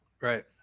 Right